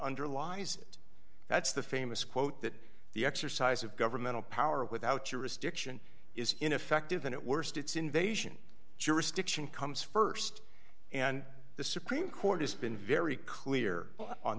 underlies it that's the famous quote that the exercise of governmental power without your restriction is ineffective that it worst its invasion jurisdiction comes st and the supreme court has been very clear on